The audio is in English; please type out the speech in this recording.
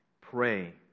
pray